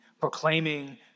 proclaiming